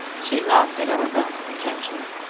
she laughed at arobin's pretensions,